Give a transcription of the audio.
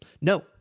No